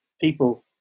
people